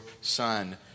son